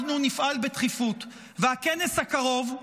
אנחנו נפעל בדחיפות, והכנס הקרוב,